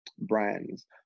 brands